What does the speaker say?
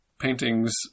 paintings